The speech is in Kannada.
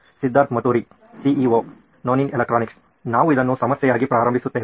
ಸಿದ್ಧಾರ್ಥ್ ಮತುರಿ ಸಿಇಒ ನೋಯಿನ್ ಎಲೆಕ್ಟ್ರಾನಿಕ್ಸ್ ನಾವು ಇದನ್ನು ಸಮಸ್ಯೆಯಾಗಿ ಪ್ರಾರಂಭಿಸುತ್ತೇವೆ